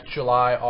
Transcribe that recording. July